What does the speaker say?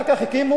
אחר כך הקימו,